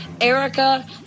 Erica